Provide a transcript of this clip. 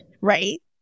Right